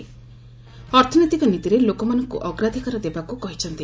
ଅର୍ଥନୈତିକ ନୀତିରେ ଲୋକମାନଙ୍କୁ ଅଗ୍ରାଧିକାର ଦେବାକୁ କହିଛନ୍ତି